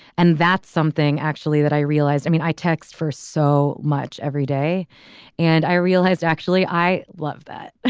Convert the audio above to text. and that's something actually that i realized i mean i text for so much every day and i realized actually i love that.